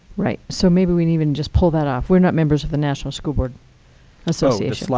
right, so maybe we even just pull that off. we're not members of the national school board association.